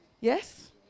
Yes